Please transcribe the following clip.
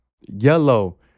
yellow